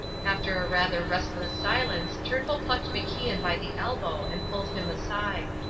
after a rather restless silence turnbull plucked macian by the elbow and pulled him aside.